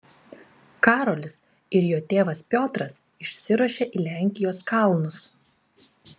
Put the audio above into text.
karolis ir jo tėvas piotras išsiruošia į lenkijos kalnus